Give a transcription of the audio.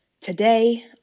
today